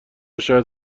شاید